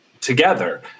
together